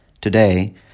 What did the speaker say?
Today